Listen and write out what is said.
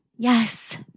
Yes